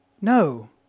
No